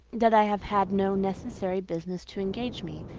that i have had no necessary business to engage me,